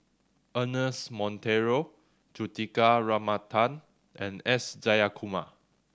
Ernest Monteiro Juthika Ramanathan and S Jayakumar